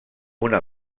una